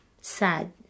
sad